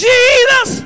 Jesus